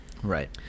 Right